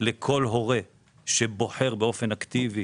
לכל הורה שבוחר, באופן אקטיבי,